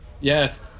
Yes